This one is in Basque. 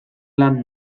lan